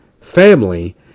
family